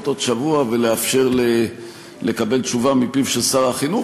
עוד שבוע ולאפשר לקבל תשובה מפיו של שר החינוך,